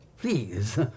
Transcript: Please